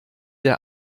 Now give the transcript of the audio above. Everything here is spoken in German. der